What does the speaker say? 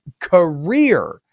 career